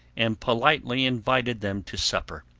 and politely invited them to supper.